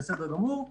בסדר גמור,